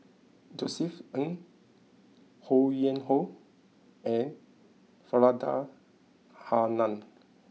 Josef Ng Ho Yuen Hoe and Faridah Hanum